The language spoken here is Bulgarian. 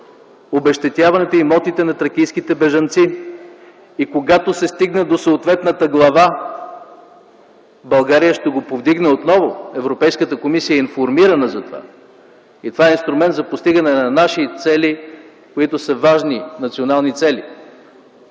обезщетяване имотите на тракийските бежанци. И когато се стигне до съответната глава, България ще го повдигне отново. Европейската комисия е информирана за това. Това е инструмент за постигане на наши цели, които са важни национални цели.